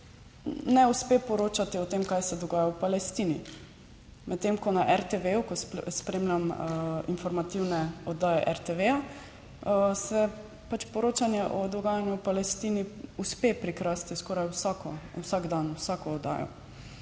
ne uspe poročati o tem, kaj se dogaja v Palestini. Medtem ko na RTV, ko spremljam informativne oddaje RTV, se pač, poročanje o dogajanju v Palestini uspe prikrasti skoraj vsak dan v vsako oddajo.